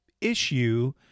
issue